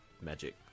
magic